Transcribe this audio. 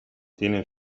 tienen